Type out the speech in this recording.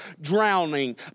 drowning